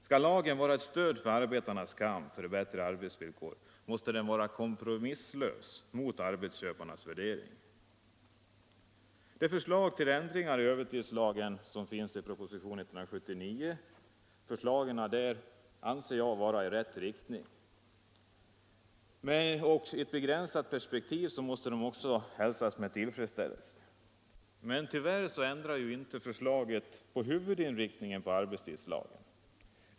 Skall lagen vara ett stöd för arbetarnas kamp för bättre arbetsvillkor måste den vara kompromisslös mot arbetsköparnas värderingar. Det förslag till ändringar i övertidslagen som finns i propositionen 179 anser jag vara ett steg i rätt riktning. I ett begränsat perspektiv måste de hälsas med tillfredsställelse. Men tyvärr ändrar inte förslaget huvudinriktningen på arbetstidslagen.